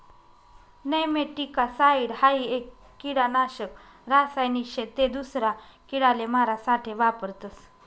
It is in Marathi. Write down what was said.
नेमैटीकासाइड हाई एक किडानाशक रासायनिक शे ते दूसरा किडाले मारा साठे वापरतस